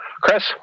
Chris